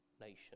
nation